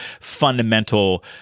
fundamental